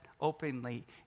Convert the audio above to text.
openly